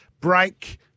Break